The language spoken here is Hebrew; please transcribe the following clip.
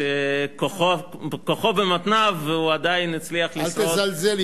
שכוחו במותניו, והוא עדיין הצליח לשרוד, אל תזלזל.